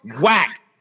whack